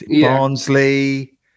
Barnsley